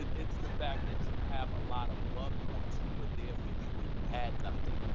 it's the fact that you have a lot of loved ones who were there for you when you had nothing,